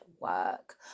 work